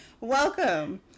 Welcome